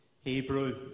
Hebrew